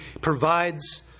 provides